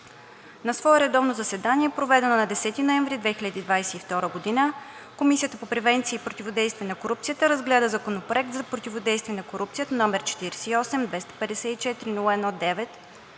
На свое редовно заседание, проведено на 10 ноември 2022 г., Комисията по превенция и противодействие на корупцията разгледа Законопроект за противодействие на корупцията, № 48-254-01-9,